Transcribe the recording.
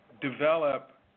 develop